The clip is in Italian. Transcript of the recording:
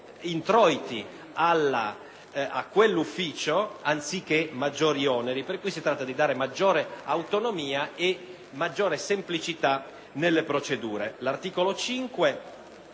introiti, anziché maggiori oneri. Si tratta di dare maggiore autonomia e maggiore semplicità nelle procedure.